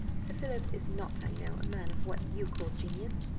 sir philip is not, i know, a man of what you call genius.